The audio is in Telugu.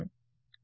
E Ei